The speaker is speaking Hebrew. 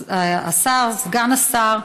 השר, סגן השר,